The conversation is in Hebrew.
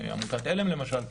עמותת עלם למשל,